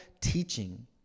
teaching